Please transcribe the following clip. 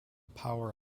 power